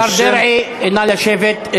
השר דרעי, נא לשבת.